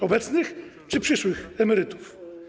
Obecnych czy przyszłych emerytów?